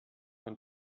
von